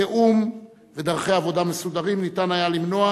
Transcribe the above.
תיאום ודרכי עבודה מסודרים ניתן היה למנוע